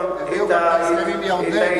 לפי דעתי, גם מירדן, אם אני לא טועה.